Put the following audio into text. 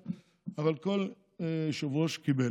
אבל כל יושב-ראש קיבל,